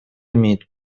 имеет